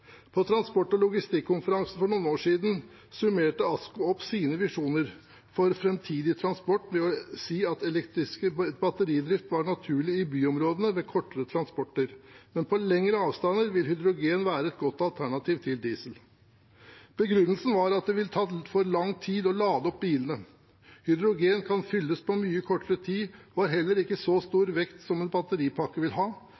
På Transport- og Logistikkonferansen for noen år siden summerte ASKO opp sine visjoner for framtidig transport ved å si at elektrisk batteridrift var naturlig i byområdene ved kortere transporter. Men på lengre avstander vil hydrogen være et godt alternativ til diesel. Begrunnelsen var at det vil ta for lang tid å lade opp bilene. Hydrogen kan fylles på mye kortere tid, og har heller ikke så stor vekt som en batteripakke vil ha.